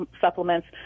supplements